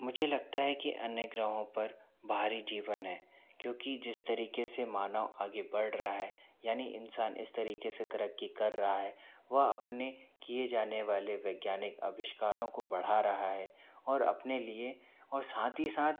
मुझे लगता है कि अन्य ग्रहों पर भारी जीवन हैं क्योंकि जिस तरीके से मानव आगे बढ़ रहा है यानि इंसान इस तरीके से तरक्की कर रहा है वह अपने किए जाने वाले वैज्ञानिक आविष्कारों को बढ़ा रहा है और अपने लिए और साथ ही साथ